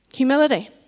Humility